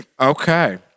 Okay